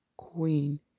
Queen